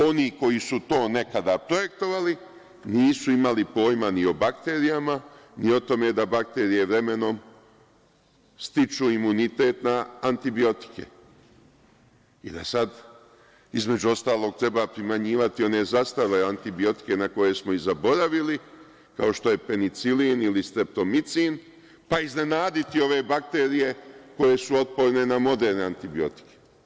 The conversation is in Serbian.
Oni koji su to nekada projektovali nisu imali pojma ni o bakterijama, ni o tome da bakterije vremenom stiču imunitet na antibiotike i da sada između ostalog treba primenjivati one zastarele antibiotike na koje smo i zaboravili kao što je penicilin ili streptomicin, pa iznenaditi ove bakterije koje su otporne na moderne antibiotike.